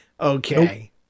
Okay